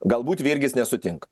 galbūt virgis nesutinka